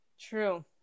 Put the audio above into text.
True